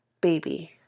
baby